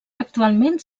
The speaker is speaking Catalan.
actualment